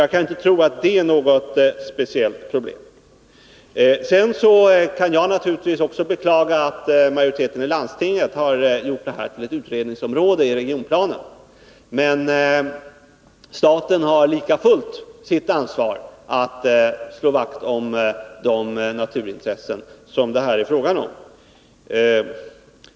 Jag kan inte tro att det är något speciellt problem. Sedan kan jag naturligtvis också beklaga att majoriteten i landstinget har gjort Hansta till ett utredningsområde i regionplanen. Men staten har lika fullt sitt ansvar att slå vakt om det naturintresse som det här är fråga om.